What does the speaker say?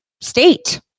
state